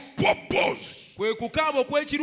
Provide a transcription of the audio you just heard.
purpose